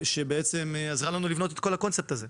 שבעצם עזרה לנו לבנות את כל הקונספט הזה,